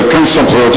כן סמכויות,